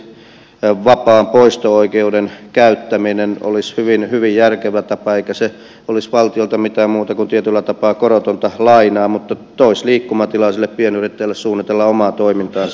esimerkiksi vapaan poisto oikeuden käyttäminen olisi hyvin hyvin järkevä tapa eikä se olisi valtiolta mitään muuta kuin tietyllä tapaa korotonta lainaa mutta toisi liikkumatilaa sille pienyrittäjälle suunnitella omaa toimintaansa